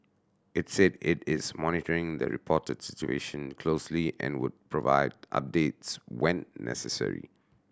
it said it is monitoring the reported situation closely and would provide updates when necessary